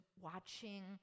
watching